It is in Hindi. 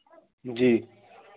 जी